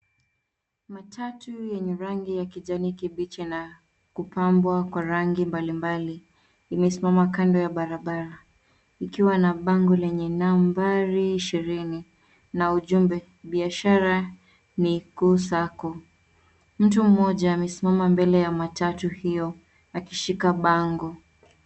Matatu yenye rangi ya kijani kibichi na kupambwa kwa rangi mbali mbali imesimama kando ya barabara. Ikiwa na bango lenye nambari ishirini na ujumbe, biashara ni kuu (cs)sacco(cs). Mtu mmoja amesimama mbele ya matatu hiyo akishika bango.